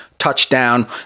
Touchdown